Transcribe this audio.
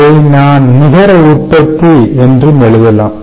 இதை நான் நிகர உற்பத்தி என்றும் எழுதலாம்